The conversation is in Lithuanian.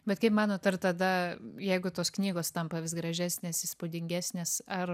bet kaip manot ar tada jeigu tos knygos tampa vis gražesnės įspūdingesnės ar